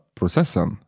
processen